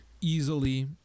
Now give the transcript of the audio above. easily